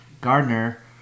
Gardner